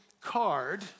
card